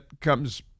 comes